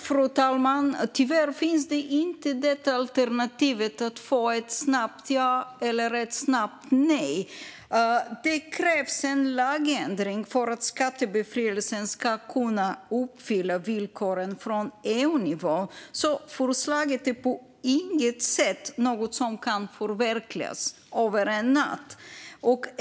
Fru talman! Tyvärr finns inte alternativet att få ett snabbt ja eller nej. Det krävs en lagändring för att skattebefrielsen ska kunna uppfylla villkoren från EU-nivån, så förslaget är på inget sätt någonting som kan förverkligas över en natt.